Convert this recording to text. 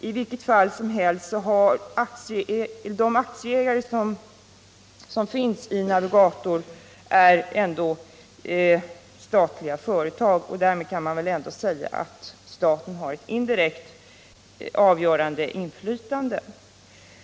I vilket fall som helst är dess aktieägare statliga företag. Därmed kan man väl ändå säga att staten har ett indirekt avgörande inflytande.